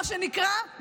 מה שנקרא,